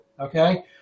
okay